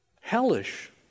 Hellish